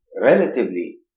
relatively